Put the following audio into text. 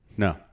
No